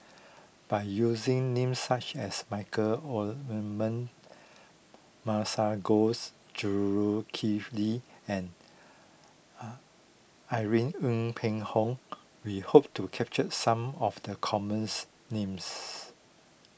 by using names such as Michael Masagos Zulkifli and Irene Ng Phek Hoong we hope to capture some of the commons names